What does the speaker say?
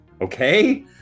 okay